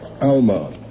Alma